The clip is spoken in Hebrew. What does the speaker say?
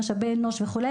משאבי אנוש וכו',